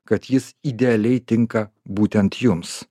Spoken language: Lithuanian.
kad jis idealiai tinka būtent jums